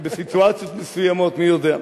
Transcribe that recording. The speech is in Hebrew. בסיטואציות מסוימות, מי יודע.